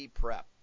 prep